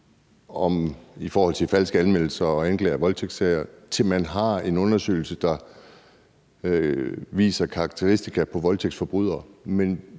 i forhold til falske anmeldelser og anklager om voldtægtssager, indtil man har en undersøgelse, der viser karakteristika på voldtægtsforbrydere.